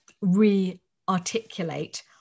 re-articulate